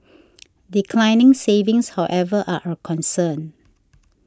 declining savings however are a concern